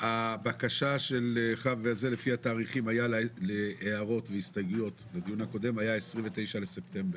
הבקשה שלך להערות בדיון הקודם הייתה ל 29 לספטמבר.